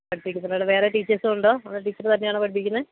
പഠിപ്പിക്കുന്നത് അവിടെ വേറെ ടീച്ചേഴ്സും ഉണ്ടോ അതോ ടീച്ചര് തന്നെയാണോ പഠിപ്പിക്കുന്നേ